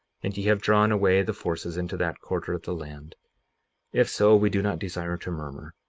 and ye have drawn away the forces into that quarter of the land if so, we do not desire to murmur.